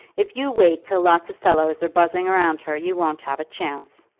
if you wait till lots of fellows are buzzing round her you won't have a chance.